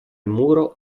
muro